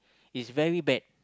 is very bad